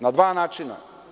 Na dva načina.